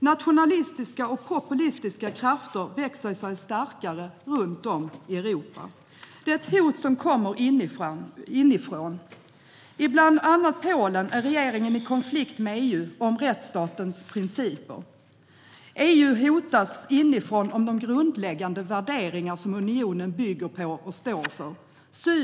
Nationalistiska och populistiska krafter växer sig starkare runt om i Europa. Det är ett hot som kommer inifrån. I bland annat Polen är regeringen i konflikt med EU om rättsstatens principer. EU:s grundläggande värderingar, som unionen bygger på och står för, hotas inifrån.